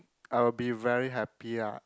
I will be very happy lah